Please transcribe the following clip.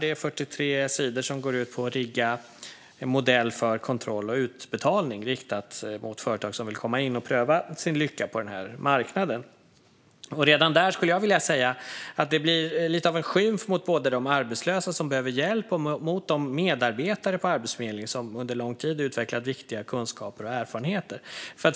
Det är 43 sidor som går ut på att rigga en modell för kontroll och utbetalning riktat mot företag som vill komma in och pröva sin lycka på den här marknaden. Redan där skulle jag vilja säga att det blir lite av en skymf mot både de arbetslösa, som behöver hjälp, och de medarbetare på Arbetsförmedlingen som under lång tid utvecklat viktiga kunskaper och erfarenheter.